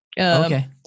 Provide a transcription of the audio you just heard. Okay